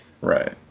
Right